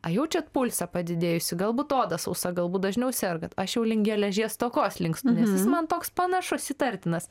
a jaučiat pulsą padidėjusį galbūt oda sausa galbūt dažniau sergat aš jau link geležies stokos linkstu nes jis man toks panašus įtartinas